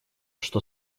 что